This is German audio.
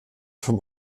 vom